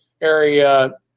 area